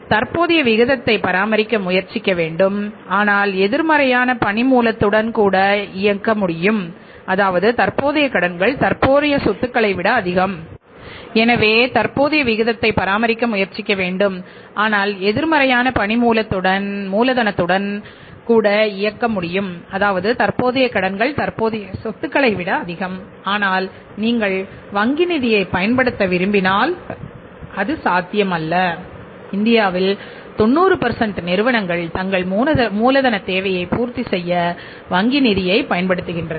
எனவே தற்போதைய விகிதத்தை பராமரிக்க முயற்சிக்க வேண்டும் ஆனால் எதிர்மறையான பணி மூலதனத்துடன் கூட இயக்க முடியும் அதாவது தற்போதைய கடன்கள் தற்போதைய சொத்துக்களை விட அதிகம் ஆனால் நீங்கள் வங்கி நிதியைப் பயன்படுத்த விரும்பினால் அது சாத்தியமில்லை இந்தியாவில் 90 நிறுவனங்கள் தங்கள் மூலதனத் தேவையை பூர்த்தி செய்ய வங்கி நிதியைப் பயன்படுத்துகின்றன